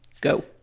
Go